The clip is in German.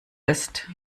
ist